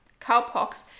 cowpox